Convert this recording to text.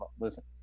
listen